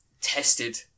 tested